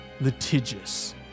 litigious